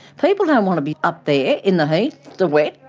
people don't want to be up there in the heat, the wind,